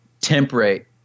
temperate